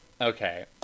Okay